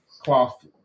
cloth